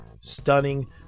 stunning